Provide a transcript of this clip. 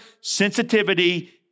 sensitivity